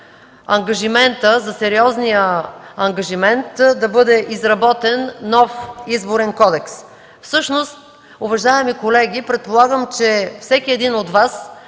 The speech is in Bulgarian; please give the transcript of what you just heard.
за сериозния ангажимент да бъде изработен нов Изборен кодекс. Уважаеми колеги, предполагам, че всеки един от Вас